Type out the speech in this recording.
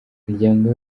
imiryango